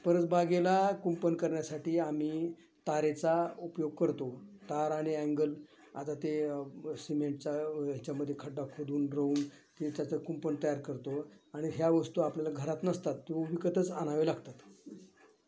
परस बागेला कुंपण करण्यासाठी आम्ही तारेचा उपयोग करतो तार आणि अँगल आता ते सिमेंटचा ह्याच्यामध्ये खड्डा खोदून रोवून ते त्याचं कुंपण तयार करतो आणि ह्या वस्तू आपल्याला घरात नसतात तो विकतच आणावे लागतात